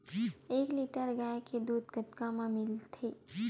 एक लीटर गाय के दुध कतका म मिलथे?